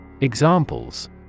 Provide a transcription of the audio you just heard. Examples